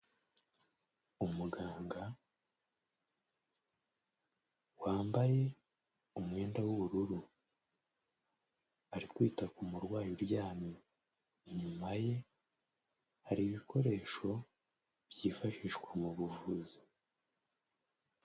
Umuganga wambaye umwenda w'ubururu. Ari kwita ku murwayi uryamye. Inyuma ye, hari ibikoresho byifashishwa mu buvuzi.